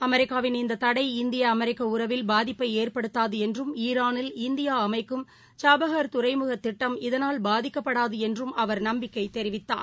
அமெரிக்காவின் இந்தத் தடை இந்திய அமெரிக்கஉறவில் பாதிப்பைஏற்படுத்தாதுஎன்றும் ஈரானில் இந்தியாஅமைக்கும் சாபஹார் துறைமுகதிட்டம் இதனால் பாதிக்கப்டடாதுஎன்றும் அவர் நம்பிக்கைத் தெரிவித்தார்